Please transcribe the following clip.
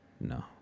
No